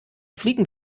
fliegen